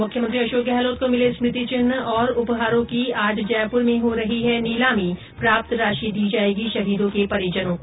मुख्यमंत्री अशोक गहलोत को मिले स्मृति चिन्ह और उपहारों की आज जयपुर में हो रही है नीलामी प्राप्त राशि दी जाएगी शहीदों के परिजनों को